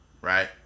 Right